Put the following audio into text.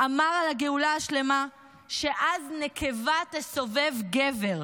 אמר על הגאולה השלמה שאז "נקבה תסובב גבר",